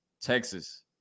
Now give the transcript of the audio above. Texas